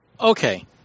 Okay